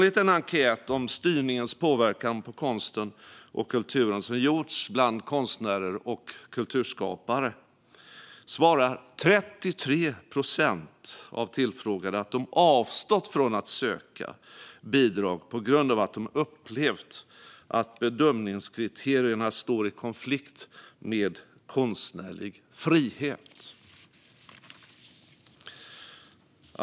I en enkät om styrningens påverkan på konsten och kulturen som gjorts bland konstnärer och kulturskapare svarar 33 procent av de tillfrågade att de avstått från att söka bidrag på grund av att de upplevt att bedömningskriterierna står i konflikt med konstnärlig frihet.